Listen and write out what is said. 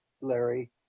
larry